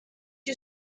you